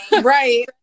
Right